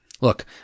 Look